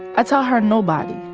i tell her, nobody.